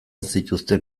zituzten